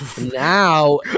Now